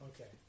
okay